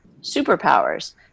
superpowers